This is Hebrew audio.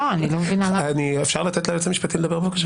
אני לא מבינה --- אפשר לתת ליועץ המשפטי לדבר בבקשה?